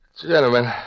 Gentlemen